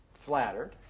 flattered